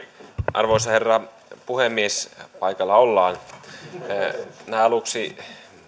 arvoisa herra puhemies paikalla ollaan näin aluksi